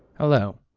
hello.